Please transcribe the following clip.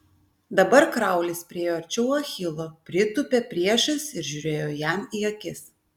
dabar kraulis priėjo arčiau achilo pritūpė priešais ir žiūrėjo jam į akis